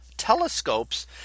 telescopes